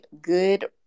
good